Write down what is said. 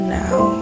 now